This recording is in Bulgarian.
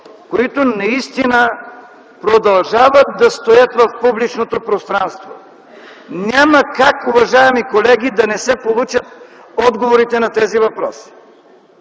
които наистина продължават да стоят в публичното пространство? Няма как, уважаеми колеги, да не се получат отговорите на тези въпроси.